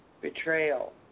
betrayal